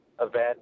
event